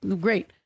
Great